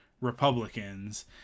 republicans